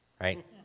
right